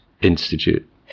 Institute